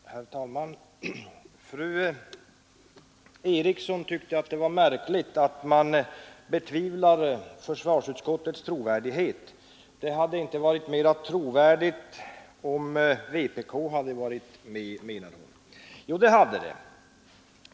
Herr talman! Fru Eriksson i Stockholm tyckte det var märkligt att vi betvivlar försvarsutskottets trovärdighet. Det hade inte blivit någon större trovärdighet, menade hon, om vpk hade varit med i utskottets arbete. Jo, det hade det.